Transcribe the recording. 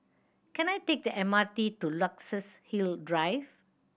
can I take the M R T to Luxus Hill Drive